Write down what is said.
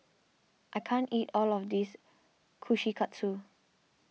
I can't eat all of this Kushikatsu